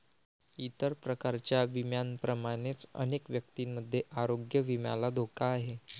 इतर प्रकारच्या विम्यांप्रमाणेच अनेक व्यक्तींमध्ये आरोग्य विम्याला धोका आहे